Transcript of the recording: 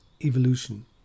evolution